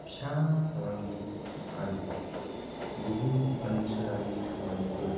फिसा फालांगि आरो गुबुन ओनसोलारि खामानिफोर